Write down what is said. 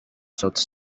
sauti